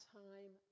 time